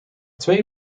twee